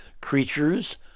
creatures